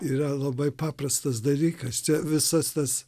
yra labai paprastas dalykas čia visas tas